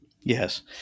Yes